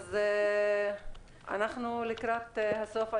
אז אנחנו לקראת הסוף.